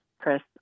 Chris